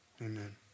amen